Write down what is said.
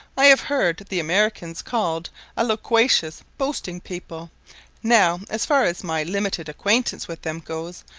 i have heard the americans called a loquacious boasting people now, as far as my limited acquaintance with them goes,